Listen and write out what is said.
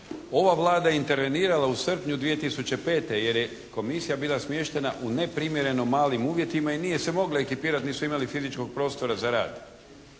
Ova je Vlada intervenirala u srpnju 2005. jer je komisija bila smještena u neprimjereno malim uvjetima i nije se mogla ekipirati, nisu imali fizičkog prostora za rad.